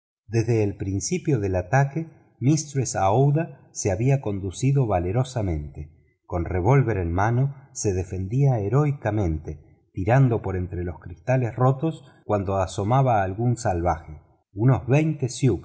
desde el principio del ataque mistress aouida se había conducido valerosamente con revólver en mano se defendía heroicamente tirando por entre los cristales rotos cuando asomaba algún salvaje unos veinte